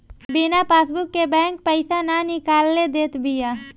बिना पासबुक के बैंक पईसा ना निकाले देत बिया